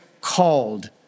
called